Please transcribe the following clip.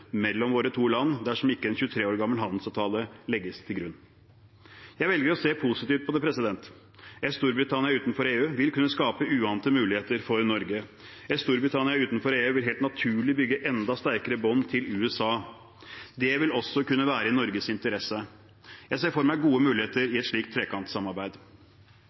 mellom våre to land dersom ikke en 23 år gammel handelsavtale legges til grunn. Jeg velger å se positivt på det. Et Storbritannia utenfor EU vil kunne skape uante muligheter for Norge. Et Storbritannia utenfor EU vil helt naturlig bygge enda sterkere bånd til USA. Det vil også kunne være i Norges interesse. Jeg ser for meg gode muligheter i et slikt trekantsamarbeid.